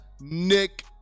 Nick